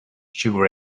sugar